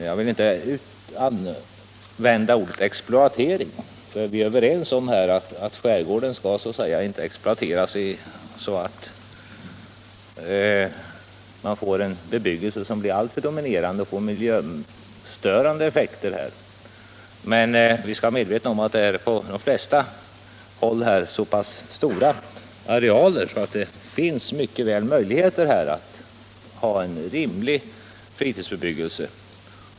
Jag vill inte gärna använda ordet exploatering, eftersom vi är överens om att skärgården inte skall exploateras så att man där får en bebyggelse som blir alltför dominerande och får miljöstörande effekter, men vi bör vara medvetna om att det på de flesta håll i skärgården rör sig om så stora arealer att det mycket väl finns möjligheter att där ha en rimlig fritidsbebyggelse.